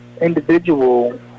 individual